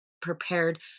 Prepared